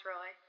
Roy